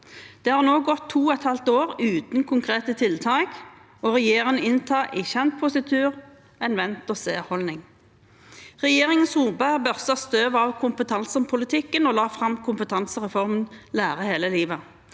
Det har nå gått to og et halvt år uten konkrete tiltak, og regjeringen inntar i kjent positur en vente-og-seholdning. Regjeringen Solberg børstet støv av kompetansepolitikken og la fram kompetansereformen Lære hele livet,